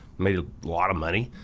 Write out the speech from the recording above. made a lot of money,